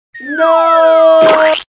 No